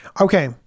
Okay